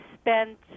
spent